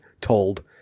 told